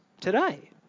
today